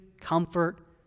comfort